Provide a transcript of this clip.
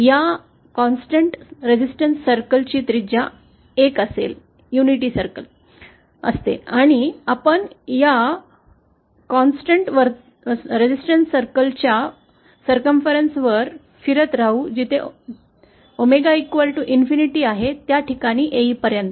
या स्थिर प्रतिरोध वर्तुळाची त्रिज्या 1 असते आणि आम्ही या स्थिर प्रतिरोध वर्तुळा च्या परिघावर फिरत राहू जिथे 𝞈∞ आहे त्या ठिकाणी येईपर्यंत